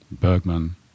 Bergman